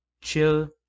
Chill